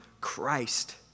Christ